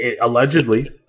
Allegedly